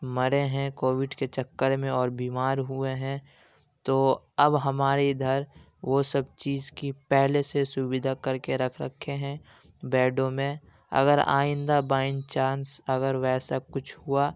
مرے ہیں کووڈ کے چکر میں اور بیمار ہوئے ہیں تو اب ہمارے ادھر وہ سب چیز کی پہلے سے سویدھا کر کے رکھ رکھے ہیں بیڈوں میں اگر آئندہ بائ چانس اگر ویسا کچھ ہوا